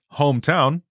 hometown